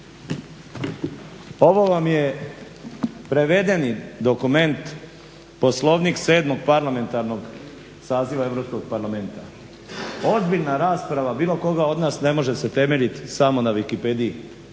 ovo vam je prevedeni dokument Poslovnik 7. parlamentarnog saziva EU parlamenta. Ozbiljna rasprava bilo koga od nas ne može se temeljit samo na wikipediji.